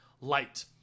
light